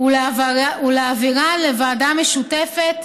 ולהעבירן לוועדה משותפת